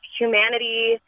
humanity